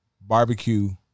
barbecue